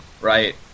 right